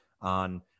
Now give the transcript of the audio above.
on